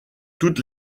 toutes